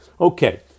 Okay